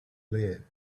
live